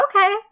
okay